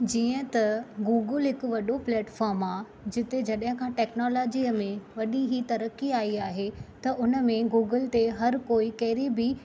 जीअं त गूगुलु हिकु वॾो पलैटफॉर्म आहे जिते जॾहिं खां टेक्नोलॉजीअ में वॾी ही तरक़ी आई आहे त उन में गूगल ते हर कोइ कहिड़ी बि